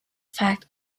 fact